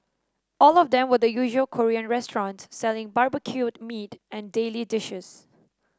all of them were the usual Korean restaurants selling barbecued meat and daily dishes